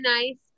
nice